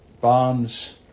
bombs